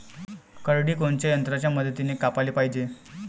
करडी कोनच्या यंत्राच्या मदतीनं कापाले पायजे?